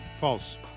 False